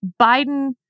Biden